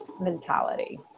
mentality